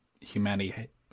humanity